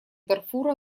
дарфура